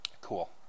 Cool